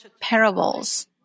parables